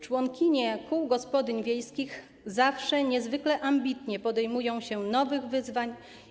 Członkinie kół gospodyń wiejskich zawsze niezwykle ambitnie podejmują nowe wyzwania.